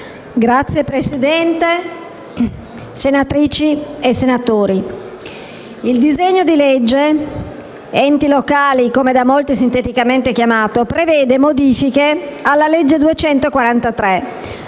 Signor Presidente, senatrici, senatori, il disegno di legge "enti locali", come da molti è sinteticamente chiamato, prevede modifiche alla legge n.